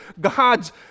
God's